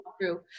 true